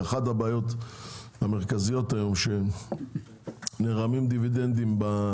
אחת הבעיות המרכזיות היום היא שנערמים כספים